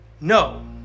No